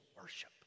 worship